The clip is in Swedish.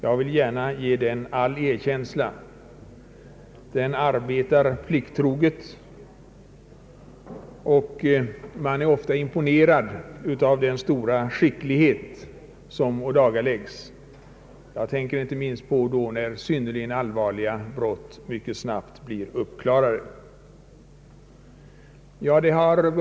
Jag vill gärna ge den all erkänsla, ty den arbetar plikttroget och man är ofta imponerad av den stora skicklighet som ådagaläggs — jag tän ker inte minst på att synnerligen allvarliga brott mycket snabbt blir uppklarade.